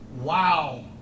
Wow